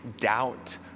doubt